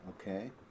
okay